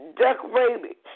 decorated